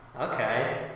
okay